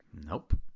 Nope